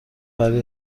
برای